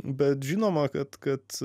bet žinoma kad kad